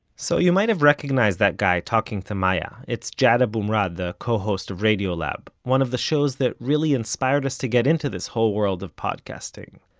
so you might have recognized that guy, talking to maya. it's jad abumrad, the co-host of radiolab, one of the shows that really inspired us to get into this whole world of podcasting.